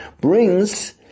brings